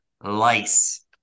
lice